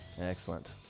Excellent